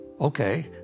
okay